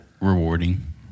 rewarding